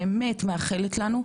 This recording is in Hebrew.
באמת מאחלת לנו,